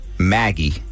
Maggie